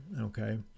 Okay